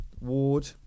Ward